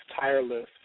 tireless